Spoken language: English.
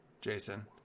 Jason